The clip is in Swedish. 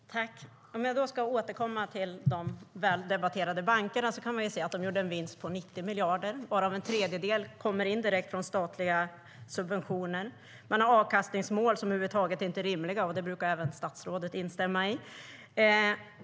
Herr talman! Om jag ska återkomma till de väldebatterade bankerna kan vi se att de gjorde en vinst på 90 miljarder, varav en tredjedel kommer direkt från statliga subventioner. Man har avkastningsmål som över huvud taget inte är rimliga, och det brukar även statsrådet instämma i.